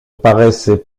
paraissait